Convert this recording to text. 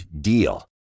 DEAL